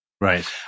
Right